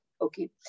Okay